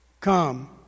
come